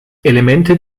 elemente